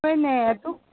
ꯍꯣꯏꯅꯦ ꯑꯗꯨꯛ